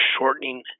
shortening